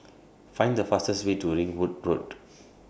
Find The fastest Way to Ringwood Road